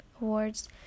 Awards